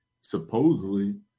supposedly